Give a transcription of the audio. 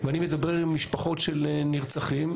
אני מדבר עם משפחות של נרצחים,